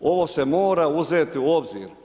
Ovo se mora uzeti u obzir.